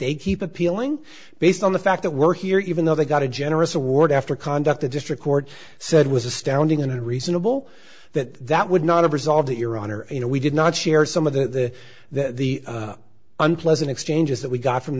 they keep appealing based on the fact that we're here even though they got a generous award after conduct the district court said was astounding and reasonable that that would not have resolved iran or you know we did not share some of the unpleasant exchanges that we got from